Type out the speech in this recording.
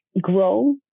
grow